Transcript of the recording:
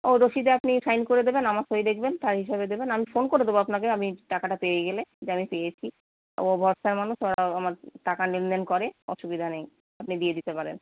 ও রসিদে আপনি সাইন করে দেবেন আমার সই দেখবেন তার হিসেবে দেবেন আমি ফোন করে দেব আপনাকে আমি টাকাটা পেয়ে গেলে যে আমি পেয়েছি ও ভরসার মানুষ আমার টাকা লেনদেন করে অসুবিধা নেই আপনি দিয়ে দিতে পারেন